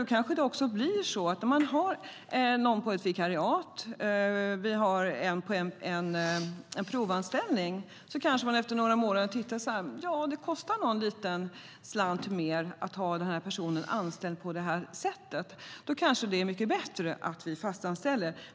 Om man har en person anställd på ett vikariat eller en provanställning tänker man kanske så här: Det kostar en liten slant mer att ha den här personen anställd på det här sättet. Det är mycket bättre att vi fastanställer.